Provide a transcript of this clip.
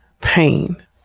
pain